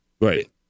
Right